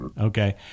Okay